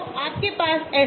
तो आपके पास ऐसा है